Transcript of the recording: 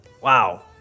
Wow